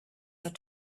had